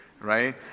Right